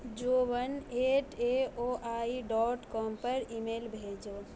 جو one eight A O I dot com پر email بھیجو